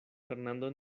fernando